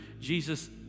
Jesus